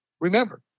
Remember